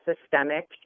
systemic